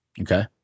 Okay